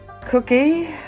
Cookie